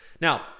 Now